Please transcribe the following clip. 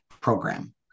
program